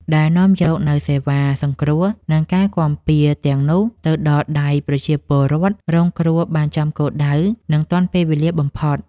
ដែលនាំយកនូវសេវាសង្គ្រោះ និងការគាំពារទាំងនោះទៅដល់ដៃប្រជាពលរដ្ឋរងគ្រោះបានចំគោលដៅ និងទាន់ពេលវេលាបំផុត។